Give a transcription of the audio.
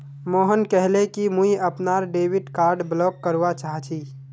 मोहन कहले कि मुई अपनार डेबिट कार्ड ब्लॉक करवा चाह छि